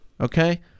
Okay